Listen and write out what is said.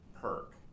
perk